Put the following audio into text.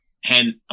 hands